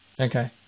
Okay